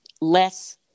less